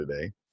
today